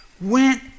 went